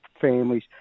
families